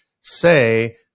say